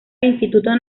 instituto